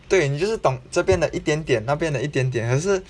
对你就是懂这边的一点点那边的一点点可是